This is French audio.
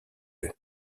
eux